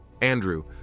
Andrew